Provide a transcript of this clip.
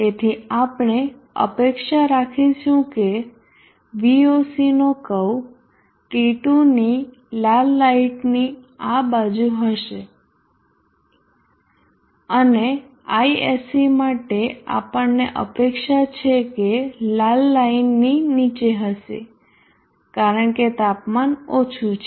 તેથી આપણે અપેક્ષા રાખીશું કે Vocનો કર્વ T2 ની લાલ લાઇનની આ બાજુ હશે અને Isc માટે આપણને અપેક્ષા છે કે લાલ લાઇનની નીચે હશે કારણ કે તાપમાન ઓછું છે